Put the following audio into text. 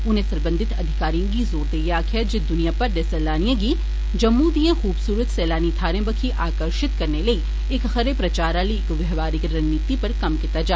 उने सरबंघत अधिकारिए गी जोर देइयै आखेआ ऐ जे दुनिया भरै दे सैलानिए गी जम्मू दिए खूबसूरत सैलानी थाहरें बक्खी आकर्षित करने लेई इक खरे प्रचार आह्ली इक बवहारिक रणनीति पर कम्म कीता जा